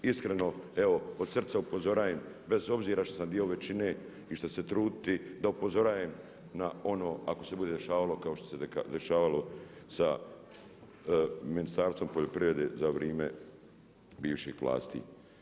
Iskreno evo od srca upozorajem bez obzira što sam dio većine i što ću se truditi da upozorajem na ono ako se bude dešavalo kao što se dešavalo sa Ministarstvom poljoprivrede za vrijeme bivših vlasti.